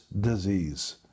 disease